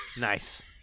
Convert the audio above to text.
Nice